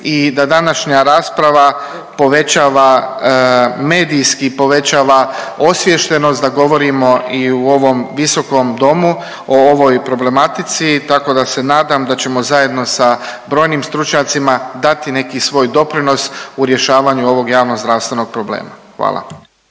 i da današnja rasprava povećava medijski povećava osviještenost da govorimo i u ovom visokom domu o ovoj problematici tako da se nadam da ćemo zajedno sa brojnim stručnjacima dati neki svoj doprinos u rješavanju ovog javnozdravstvenog problema. Hvala.